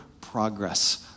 progress